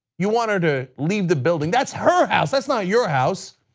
you want her to leave the building. that's her house, that's not your house.